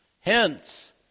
Hence